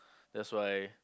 that's why